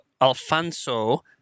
Alfonso